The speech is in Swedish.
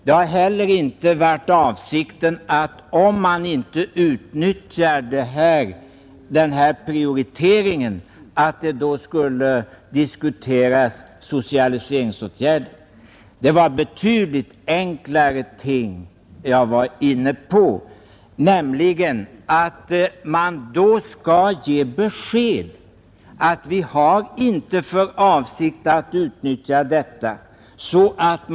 Det har heller inte varit avsikten att socialiseringsåtgärder skall diskuteras, om företagen inte utnyttjar denna prioritering. Jag var inne på betydligt enklare ting, nämligen att ett företag skall ge besked om att det inte har för avsikt att utnyttja investeringsmöjligheterna.